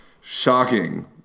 shocking